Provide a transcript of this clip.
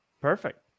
perfect